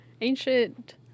ancient